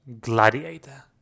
gladiator